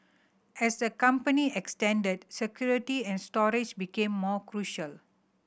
as the company security and storage became more crucial